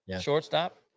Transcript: shortstop